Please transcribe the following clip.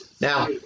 Now